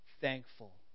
thankful